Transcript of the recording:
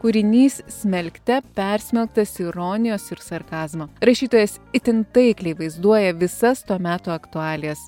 kūrinys smelkte persmelktas ironijos ir sarkazmo rašytojas itin taikliai vaizduoja visas to meto aktualijas